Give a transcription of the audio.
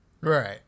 Right